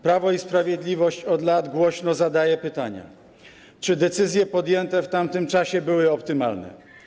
Prawo i Sprawiedliwość od lat głośno zadaje pytania: Czy decyzje podjęte w tamtym czasie były optymalne?